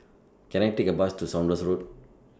Can I Take A Bus to Saunders Road